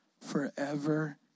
forever